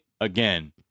again